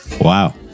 Wow